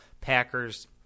Packers